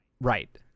right